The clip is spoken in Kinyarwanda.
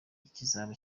ikizaba